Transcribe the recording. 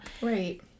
Right